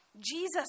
Jesus